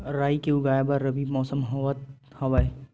राई के उगाए बर रबी मौसम होवत हवय?